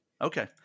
Okay